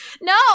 No